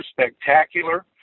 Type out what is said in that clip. spectacular